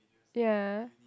ya